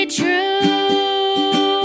true